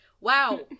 Wow